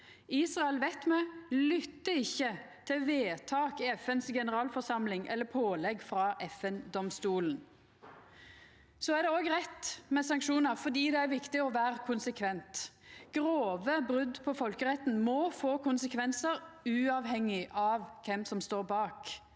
Israel ikkje lyttar til vedtak i generalforsamlinga i FN eller til pålegg frå FN-domstolen. Det er òg rett med sanksjonar fordi det er viktig å vera konsekvent. Grove brot på folkeretten må få konsekvensar, uavhengig av kven som står bak.